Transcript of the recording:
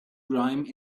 grime